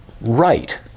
right